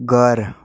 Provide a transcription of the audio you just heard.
ઘર